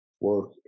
work